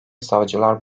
savcılar